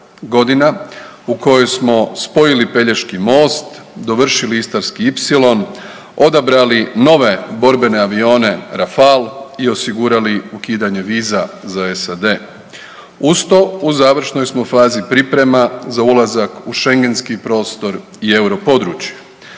godina u kojoj smo spojili Pelješki most, dovršili Istarski ipsilon, odabrali nove borbene avione Rafale i osigurali ukidanje viza za SAD. Uz to u završnoj smo fazi priprema za ulazak u Schengenski prostor i europodručje.